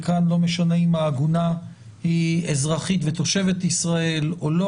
וכאן לא משנה אם העגונה היא אזרחית ותושבת ישראל או לא.